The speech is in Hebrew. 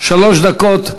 שלוש דקות לרשותך,